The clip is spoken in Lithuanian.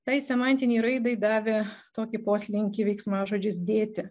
tai semantinei raidai davė tokį poslinkį veiksmažodis dėti